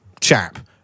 chap